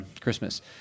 Christmas